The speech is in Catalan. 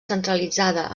centralitzada